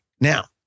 Now